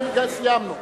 סיימנו.